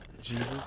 Jesus